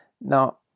now